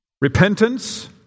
repentance